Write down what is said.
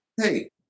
hey